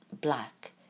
black